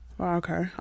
Okay